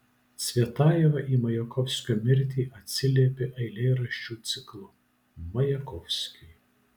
cvetajeva į majakovskio mirtį atsiliepė eilėraščių ciklu majakovskiui